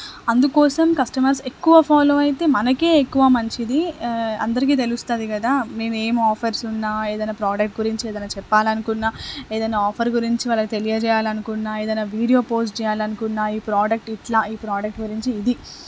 అందుకోసం కస్టమర్స్ ఎక్కువ ఫాలో అయితే మనకే ఎక్కువ మంచిది అందరికీ తెలుస్తుంది కదా మేము ఏమీ ఆఫర్సు ఉన్నా ఏదన్నా ప్రోడక్ట్ గురించి ఏదన్నా చెప్పాలనుకున్నా ఏదన్నా ఆఫర్ గురించి వాళ్ళకి తెలియజేయాలనుకున్నా ఏదన్నా వీడియో పోస్ట్ చేయాలనుకున్నా ఈ ప్రాడక్ట్ ఇట్లా ఈ ప్రాడక్ట్ గురించి ఇది